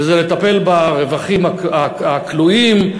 וזה לטפל ברווחים הכלואים,